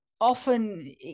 often